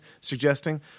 suggesting